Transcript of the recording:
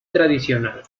tradicional